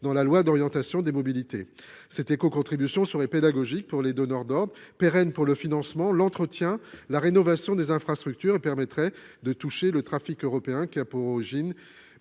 dans la loi d'orientation des mobilités. Cette écocontribution serait pédagogique pour les donneurs d'ordres, pérenne pour le financement, l'entretien et la rénovation des infrastructures, et permettrait de toucher le trafic européen qui a pour origine